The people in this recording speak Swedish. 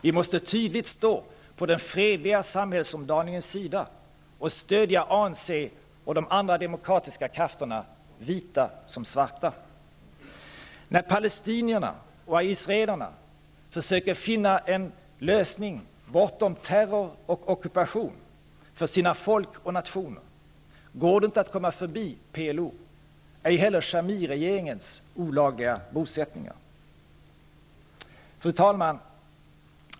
Vi måste tydligt stå på den fredliga samhällsomdaningens sida och stödja ANC och de andra demokratiska krafterna, vita som svarta. När palestinier och israeler försöker finna en lösning bortom terror och ockupation för sina folk och nationer, går det inte att komma förbi PLO, ej heller Shamir-regeringens olagliga bosättningar. Fru talman!